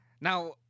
Now